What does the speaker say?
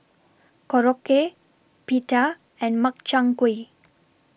Korokke Pita and Makchang Gui